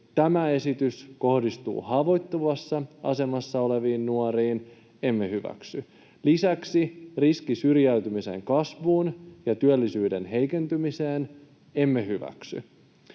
tämä esitys kohdistuu haavoittuvassa asemassa oleviin nuoriin — emme hyväksy. Lisäksi on riski syrjäytymisen kasvuun ja työllisyyden heikentymiseen — emme hyväksy.